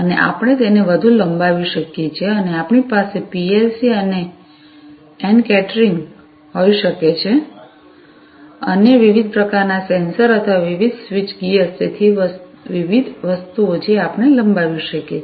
અને આપણે તેને વધુ લંબાવી શકીએ છીએ અને આપણી પાસે પીએલસી એન કેટરિંગ હોઈ શકે છે અન્ય વિવિધ પ્રકારનાં સેન્સર અથવા વિવિધ સ્વીચ ગિયર્સ તેથી વિવિધ વસ્તુઓ જે આપણે લંબાવી શકીએ